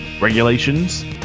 regulations